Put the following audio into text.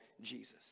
Jesus